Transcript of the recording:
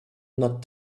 not